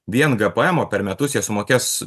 vien gpemo per metus jie sumokės